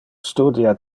studia